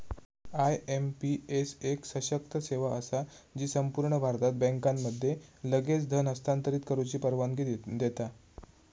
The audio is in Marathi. आय.एम.पी.एस एक सशक्त सेवा असा जी संपूर्ण भारतात बँकांमध्ये लगेच धन हस्तांतरित करुची परवानगी देता